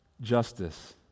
Justice